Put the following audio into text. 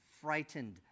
frightened